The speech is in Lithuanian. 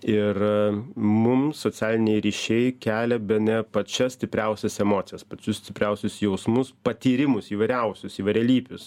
ir mum socialiniai ryšiai kelia bene pačias stipriausias emocijas pačius stipriausius jausmus patyrimus įvairiausius įvairialypius